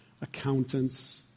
accountants